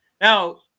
Now